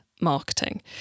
marketing